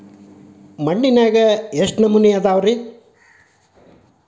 ಮಣ್ಣಿನಾಗ ಎಷ್ಟು ನಮೂನೆ ಅದಾವ ರಿ?